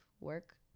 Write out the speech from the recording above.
work